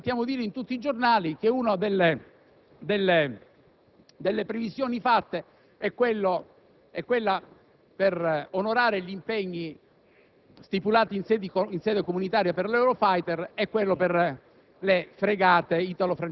altro emendamento di cui parlare. Oggi sentiamo dire da tutti i giornali che una delle previsioni fatte è quella per onorare gli impegni